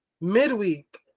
Midweek